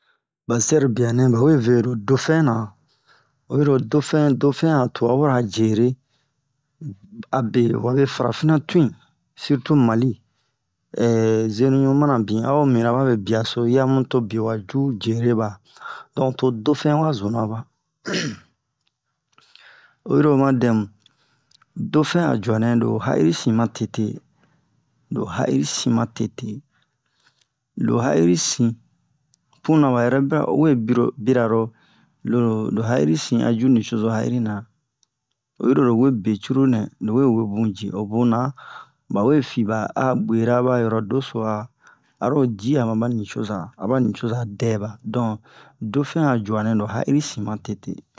ba sɛro bianɛ bawe vero dauphin na oyiro dauphin dauphin a tubabura jere abe wabe farafina tun'i surtout mali zenuɲu mana bin a'o mina babe biaso yamu to bio waju jere ba don to dauphin wazuna ba um oyiro ma dɛmu dauphin a juanɛ lo ya'iri sin ma tete lo ya'iri sin ma tete lo ya'iri sin puna wa yɛrɛ bira owe biro biraro loro ya'iri sin'a ju nucozo ya'irina oyiro wo be crurunɛ lowe webu ji obuna bawe fiba a bwera ba yoro deso'a aro jia maba nicoza aba nicoza dɛ ba don dauphin a juanɛ lo ya'iri sin ma tete